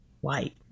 white